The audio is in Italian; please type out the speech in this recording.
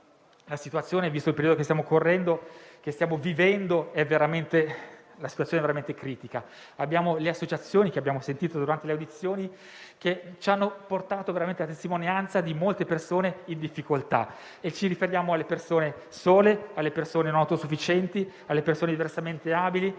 in Italia, visto il periodo che stiamo vivendo, la situazione è veramente critica. Le associazioni che abbiamo sentito durante le audizioni ci hanno portato la testimonianza di molte persone in difficoltà; ci riferiamo alle persone sole, alle persone non autosufficienti, alle persone diversamente abili